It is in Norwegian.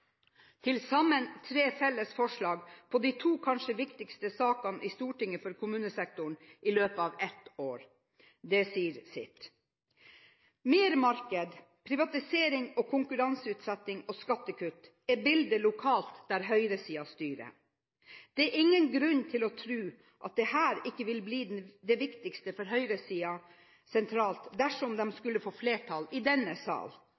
til sammen tre felles forslag i de to kanskje viktigste sakene i Stortinget for kommunesektoren i løpet av ett år. Det sier sitt. Mer marked, privatisering, konkurranseutsetting og skattekutt er bildet lokalt der høyresiden styrer. Det er ingen grunn til å tro at dette ikke vil bli det viktigste for høyresiden sentralt dersom de skulle få flertall i denne sal.